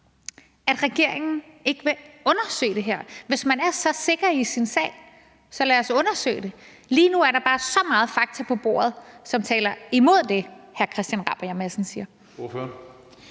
at regeringen ikke vil undersøge det her. Hvis man er så sikker i sin sag, så lad os undersøge det. Lige nu er der bare så meget fakta på bordet, som taler imod det, hr. Christian Rabjerg Madsen siger.